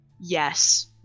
Yes